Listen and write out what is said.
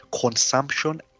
consumption